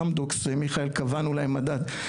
אמדוקס קבענו להם מדד,